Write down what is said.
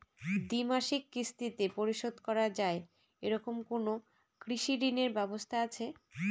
দ্বিমাসিক কিস্তিতে পরিশোধ করা য়ায় এরকম কোনো কৃষি ঋণের ব্যবস্থা আছে?